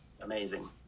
amazing